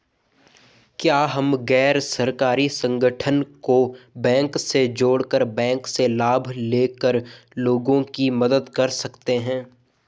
क्या हम गैर सरकारी संगठन को बैंक से जोड़ कर बैंक से लाभ ले कर लोगों की मदद कर सकते हैं?